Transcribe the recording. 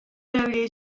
erabili